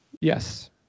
yes